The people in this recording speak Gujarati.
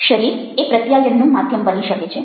શરીર એ પ્રત્યાયનનું માધ્યમ બની શકે છે